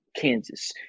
Kansas